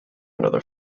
another